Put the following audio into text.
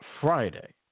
Friday